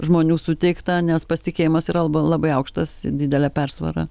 žmonių suteiktą nes pasitikėjimas yra labai aukštas didele persvara